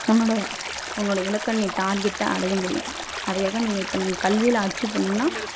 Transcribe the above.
உன்னோடய உன்னோடய இலக்கை நீ டார்கெட்டை அடைய முடியும் அதுக்காக நீங்கள் இப்போ நீங்கள் கல்வியில் அச்சீவ் பண்ணணும்னா